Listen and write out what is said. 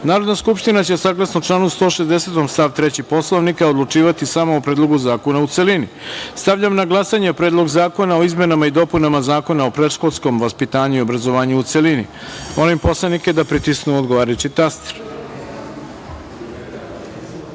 Narodna skupština će, saglasno članu 160. stav 3. Poslovnika Narodne skupštine, odlučivati samo o Predlogu zakona u celini. Stavljam na glasanje Predlog zakona o izmenama i dopunama Zakona o predškolskom vaspitanju i obrazovanju, u celini. Molim poslanike da pritisnu odgovarajući